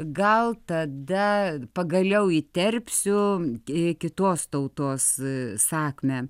gal tada pagaliau įterpsiu kitos tautos sakmę